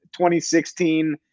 2016